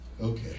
Okay